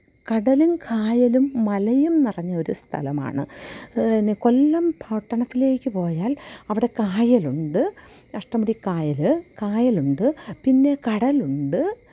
കടലും കായലും മലയും നിറഞ്ഞൊരു സ്ഥലമാണ് പിന്നെ കൊല്ലം പട്ടണത്തിലേക്ക് പോയാല് അവിടെ കായലുണ്ട് അഷ്ടമുടിക്കായൽ കായലുണ്ട് പിന്നെ കടലുണ്ട്